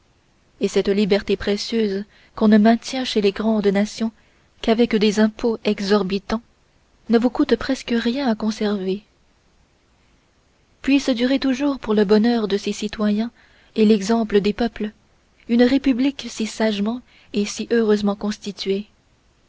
et cette liberté précieuse qu'on ne maintient chez les grandes nations qu'avec des impôts exorbitants ne vous coûte presque rien à conserver puisse durer toujours pour le bonheur de ses citoyens et l'exemple des peuples une république si sagement et si heureusement constituée